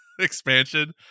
Expansion